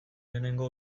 lehengo